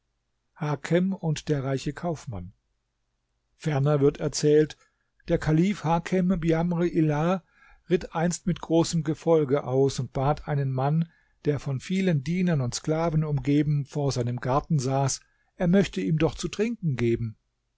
und der reiche kaufmann ferner wird erzählt der kalif hakem biamr illah ritt einst mit großem gefolge aus und bat einen mann der von vielen dienern und sklaven umgeben vor seinem garten saß er möchte ihm doch zu trinken geben